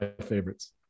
favorites